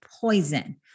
poison